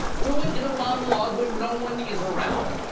do it in a monologue when no one is around.